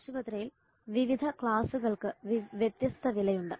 ആശുപത്രിയിൽ വിവിധ ക്ലാസുകൾക്ക് വ്യത്യസ്ത വിലയുണ്ട്